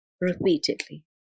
repeatedly